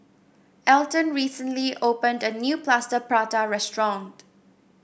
Alton recently opened a new Plaster Prata restaurant